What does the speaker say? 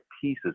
pieces